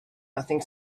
nothing